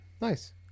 Nice